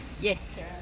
Yes